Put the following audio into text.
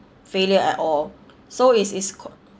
failure at all so is is cal~